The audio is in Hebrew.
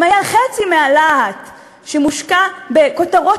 אם היה חצי מהלהט שמושקע בכותרות